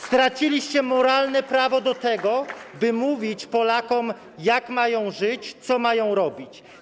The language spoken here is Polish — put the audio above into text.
Straciliście moralne prawo do tego, by mówić Polakom, jak mają żyć, co mają robić.